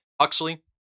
Huxley